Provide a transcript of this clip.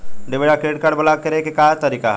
Debit या credit card block करे के का तरीका ह?